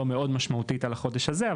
לא מאוד משמעותית על החודש הזה,